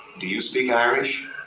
do you speak irish?